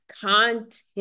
content